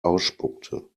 ausspuckte